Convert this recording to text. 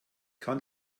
kann